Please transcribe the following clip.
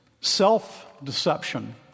Self-deception